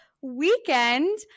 weekend